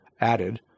added